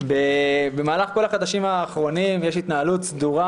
במהלך כל החודשים האחרונים יש התנהלות סדורה